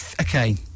Okay